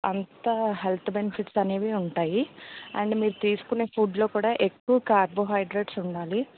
అంతా health benefits అనేవి ఉంటాయి అండ్ మీరు తీసుకునే ఫుడ్లో కూడా ఎక్కువ కార్బోహైడ్రేట్స్ ఉండాలి